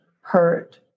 hurt